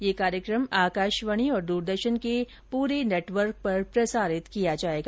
ये कार्यकम आकाशवाणी और दूरदर्शन के पूरे नेटवर्क पर प्रसारित किया जायेगा